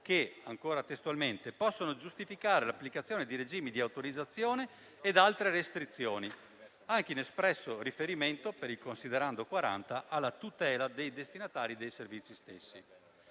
carattere generale che possono giustificare l'applicazione di regimi di autorizzazione ed altre restrizioni, anche in espresso riferimento, per il considerando 40, alla tutela dei destinatari dei servizi stessi.